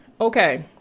Okay